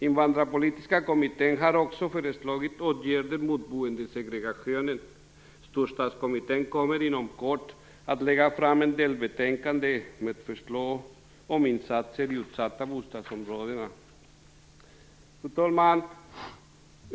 Invandrarpolitiska kommittén har också föreslagit åtgärder mot boendesegregationen. Storstadskommittén kommer inom kort att lägga fram ett delbetänkande med förslag om insatser i utsatta bostadsområden. Fru talman!